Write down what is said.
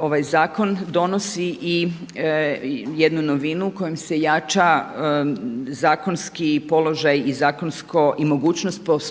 ovaj zakon donosi i jednu novinu kojom se jača zakonski položaj i mogućnost postupanja